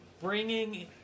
bringing